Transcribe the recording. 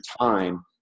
time